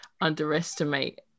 underestimate